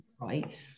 Right